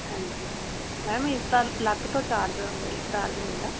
ਹਾਂਜੀ ma'am ma'am ਇਸ ਦਾ ਅਲੱਗ ਤੋਂ ਚਾਰਜ ਹੋਈ ਚਾਰਜ ਹੋਏਗਾ